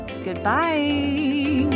Goodbye